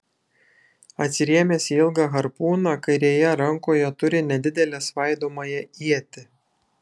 atsirėmęs į ilgą harpūną kairėje rankoje turi nedidelę svaidomąją ietį